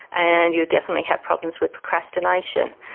and you'd definitely have problems with procrastination.